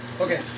Okay